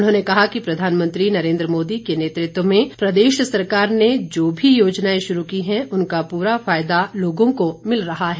उन्होंने कहा कि प्रधानमंत्री नरेंद्र मोदी के नेतृत्व में प्रदेश सरकार ने जो भी योजनाएं शुरू की हैं उनका पूरा फायदा लोगों को मिल रहा है